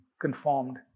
conformed